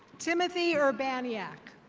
timothy irbanyack.